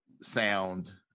sound